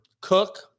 cook